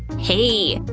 hey!